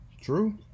True